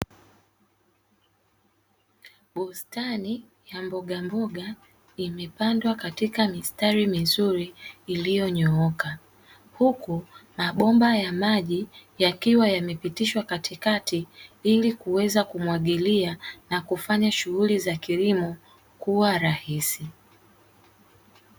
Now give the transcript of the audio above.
Bustani ya mbogamboga, imepandwa katika mistari mizuri iliyonyooka. Huku mabomba ya maji yakiwa yamepitishwa katikati ili kuweza kumwagilia na kufanya shughuli za kilimo kuwa rahisi.